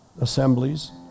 assemblies